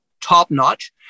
top-notch